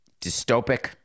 dystopic